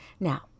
Now